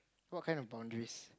what kind of boundaries